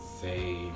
say